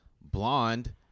Blonde